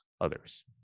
others